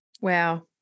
Wow